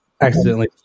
accidentally